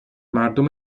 مردم